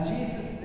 Jesus